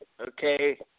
okay